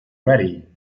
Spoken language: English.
ready